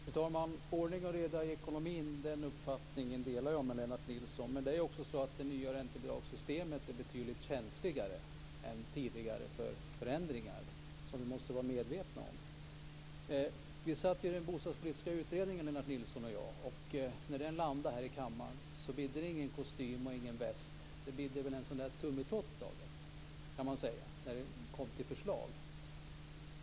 Fru talman! Det ska vara ordning och reda i ekonomin, säger Lennart Nilsson. Den uppfattningen delar jag. Men det är också så att det nya räntebidragssystemet är betydligt känsligare än tidigare för förändringar, vilket vi måste vara medvetna om. Lennart Nilsson och jag satt båda i den bostadspolitiska utredningen. När den landade här i kammaren bidde det ingen kostym och ingen väst - det bidde en tummetott, när det kom till förslag.